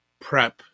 prep